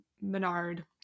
Menard